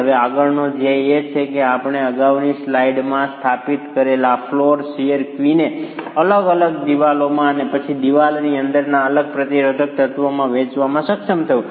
હવે આગળનો ધ્યેય એ છે કે આપણે અગાઉની સ્લાઈડમાં સ્થાપિત કરેલ આ ફ્લોર શીયર ક્વિને અલગ અલગ દિવાલોમાં અને પછી દિવાલની અંદરના અલગ પ્રતિરોધક તત્વોમાં વહેંચવામાં સક્ષમ થવું